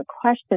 question